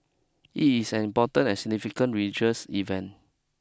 it is an important and significant religious event